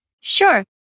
Sure